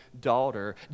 daughter